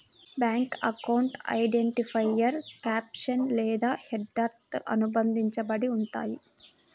bank అకౌంట్లు identifier caption లేదా హెడర్తో అనుబంధించబడి ఉంటయ్యి